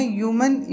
human